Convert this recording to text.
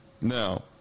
now